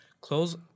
close